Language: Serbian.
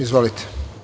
Izvolite.